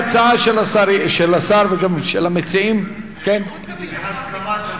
ההצעה של השר וגם של המציעים חוץ וביטחון.